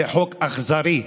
זה חוק אכזרי,